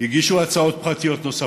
הגישו הצעות פרטיות נוספות.